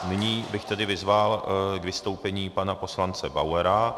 Nyní bych tedy vyzval k vystoupení pana poslance Bauera.